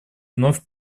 вновь